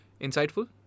insightful